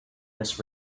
this